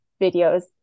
videos